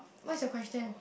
what is your question